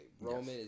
Roman